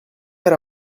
era